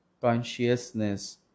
consciousness